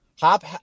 Hop